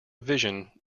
vision